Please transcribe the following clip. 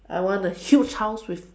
I want a huge house with